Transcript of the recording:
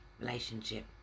relationship